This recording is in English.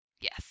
Yes